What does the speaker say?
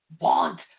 want